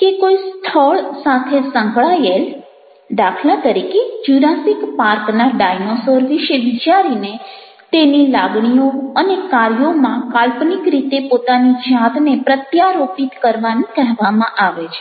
કે કોઈ સ્થળ સાથે સંકળાયેલ દાખલા તરીકે જુરાસિક પાર્કના ડાયનોસોર વિશે વિચારીને તેની લાગણીઓ અને કાર્યોમાં કાલ્પનિક રીતે પોતાની જાતને પ્રત્યારોપિત કરવાનું કહેવામાં આવે છે